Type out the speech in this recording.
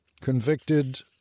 convicted